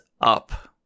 up